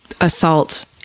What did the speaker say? assault